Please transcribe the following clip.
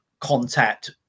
contact